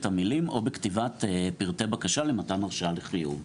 המילים "או בכתיבת פרטי בקשה למתן הרשאה לחיוב".